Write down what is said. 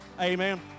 Amen